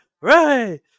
right